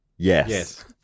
Yes